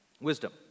Wisdom